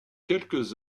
quelques